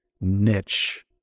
niche